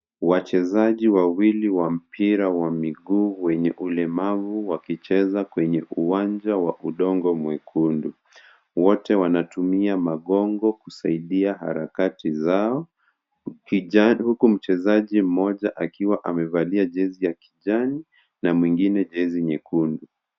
Wachezaji wawili wa mpira wa miguu wenye ulemavu wakicheza kwenye uwanja wa udongo mwekundu. Wote wanatumia magongo kusaidia harakati zao, huku mchezaji mmoja akiwa amevalia jezi ya kijani na mwingine jezi nyekundu.